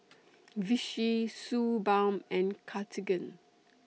Vichy Suu Balm and Cartigain